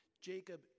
Jacob